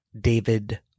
David